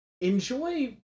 enjoy